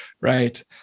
right